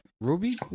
Ruby